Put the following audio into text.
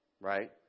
right